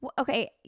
Okay